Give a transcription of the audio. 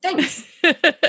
Thanks